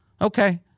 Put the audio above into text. Okay